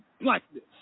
blackness